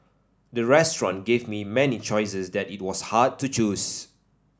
the restaurant gave me many choices that it was hard to choose